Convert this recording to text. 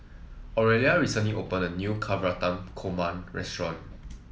Orelia recently opened a new Navratan Korma restaurant